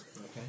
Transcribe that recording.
Okay